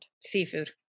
Seafood